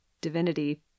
divinity